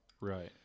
right